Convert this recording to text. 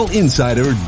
insider